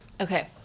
Okay